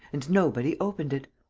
and nobody opened it.